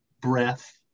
breath